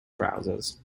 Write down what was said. browsers